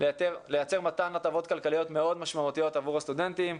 לייצר מתן הטבות כלכליות מאוד משמעותיות עבור הסטודנטים.